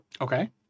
okay